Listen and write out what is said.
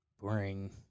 Boring